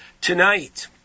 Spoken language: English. tonight